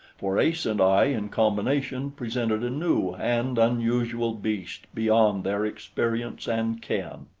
for ace and i in combination presented a new and unusual beast beyond their experience and ken.